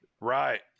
Right